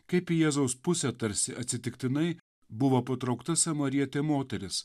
kaip į jėzaus pusę tarsi atsitiktinai buvo patraukta samarietė moteris